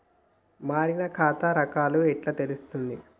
మారిన ఖాతా రకాలు ఎట్లా తెలుత్తది?